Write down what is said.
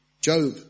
Job